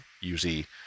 usually